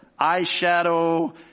eyeshadow